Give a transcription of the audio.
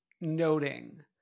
noting